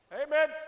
Amen